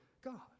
God